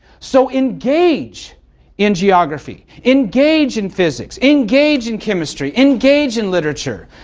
so, engage in geography, engage in physics, engage in chemistry, engage in literature,